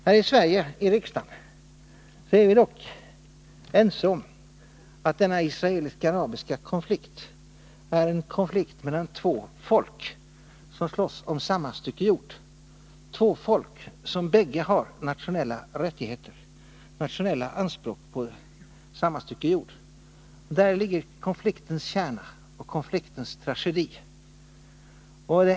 Här i riksdagen är vi dock ense om att den israelisk-arabiska konflikten är en konflikt mellan två folk som slåss om samma stycke jord, två folk som bägge har nationella rättigheter och nationella anspråk på samma stycke jord. Där är konfliktens kärna och konfliktens tragedi.